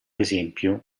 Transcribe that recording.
esempio